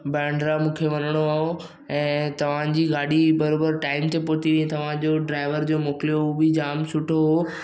बांद्रा मूंखे वञिणो हो ऐं तव्हांजी गाॾी बरोबरु टाइम ते पहुती तव्हांजो ड्रायवर जो मोकिलियो उहो बि जामु सुठो हो